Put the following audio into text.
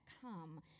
come